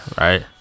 right